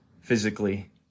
physically